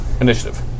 Initiative